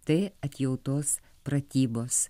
tai atjautos pratybos